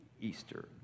Easter